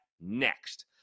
next